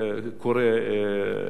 שקורה בסוריה.